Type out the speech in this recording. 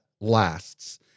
lasts